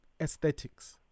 aesthetics